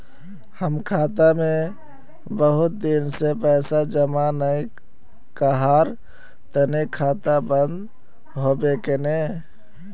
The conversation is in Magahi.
हम खाता में बहुत दिन से पैसा जमा नय कहार तने खाता बंद होबे केने?